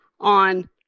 on